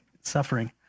suffering